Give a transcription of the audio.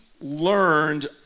Learned